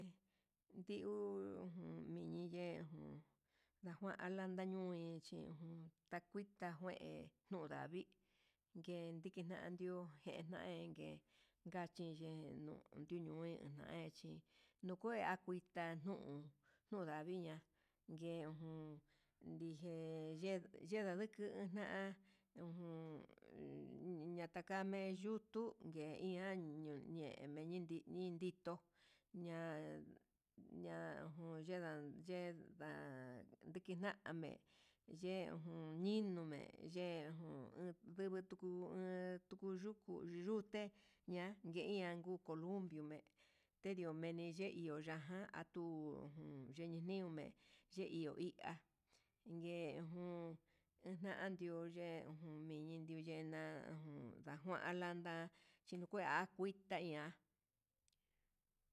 Ndiju jun mini ye jun najuan alanda ñui, oxhiun ta'á nguita je'e nuu ndavii ngue kiti ndandio ndujen nungue ndachiye nuu ondune nduna hé, chi nu kue akuii tanuu kundaviña'a nguejun ndijé yendukuni na'a ujun ninatame yutu, ngue iha yuñeme ñindii ndito'o, ña ña ujun yendan ye'é yendan ndiki name ye ujun yindome'e yejun ndivi tuku he uku yuku yute na nguian nguu culumbio me'e, tendio yemi yendio ya'á jan atuu yendionme ye iho há ye jun ndenandio ye'e mini nduye enajun xakuan, alanda chikue kuitaña.